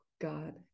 God